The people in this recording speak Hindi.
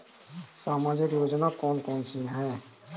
सामाजिक योजना कौन कौन सी हैं?